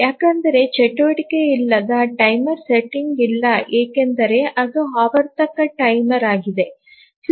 ಯಾವುದೇ ಚಟುವಟಿಕೆ ಇಲ್ಲ ಟೈಮರ್ ಸೆಟ್ಟಿಂಗ್ ಇಲ್ಲ ಏಕೆಂದರೆ ಅದು ಆವರ್ತಕ ಟೈಮರ್ ಆಗಿದೆ